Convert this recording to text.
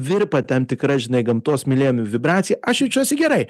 virpa tam tikra žinai gamtos mylėmių vibracija aš jaučiuosi gerai